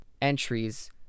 entries